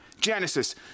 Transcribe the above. Genesis